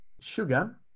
sugar